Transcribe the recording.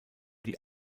die